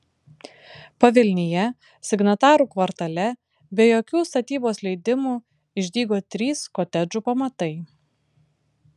pavilnyje signatarų kvartale be jokių statybos leidimų išdygo trys kotedžų pamatai